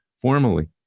formally